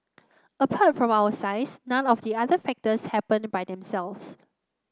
apart from our size none of the other factors happened by themselves